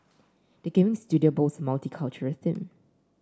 the gaming studio boasts multicultural team